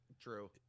True